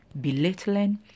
belittling